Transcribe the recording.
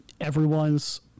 everyone's